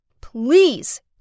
Please